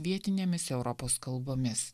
vietinėmis europos kalbomis